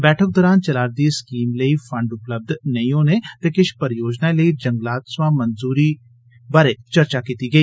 बैठक दौरान चला'रदी स्कीमें लेई फंड उपलब्य नेई होने ते किश परियोजनाएं लेई जंगलात सोयां मंजूरी बारे चर्चा कीती गेई